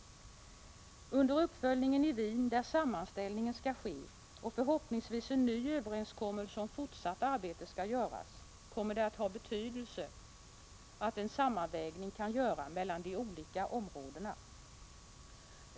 Under uppföljningen i Wien, där sammanställningen skall ske och förhoppningsvis en ny överenskommelse om fortsatt arbete skall göras, kommer det att ha betydelse att en sammanvägning kan göras mellan de olika områdena.